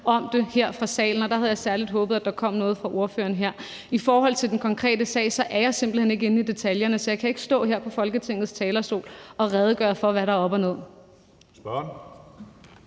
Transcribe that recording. om det her fra salen, og der havde jeg særlig håbet, at der kom noget fra ordføreren her. I forhold til den konkrete sag er jeg simpelt hen ikke inde i detaljerne, så jeg kan ikke stå her på Folketingets talerstol og redegøre for, hvad der er op og ned.